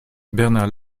bernard